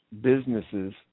businesses